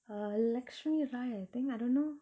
uh laxmi raai I think I don't know